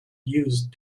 used